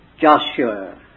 Joshua